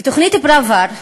ותוכנית פראוור,